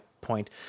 point